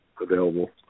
available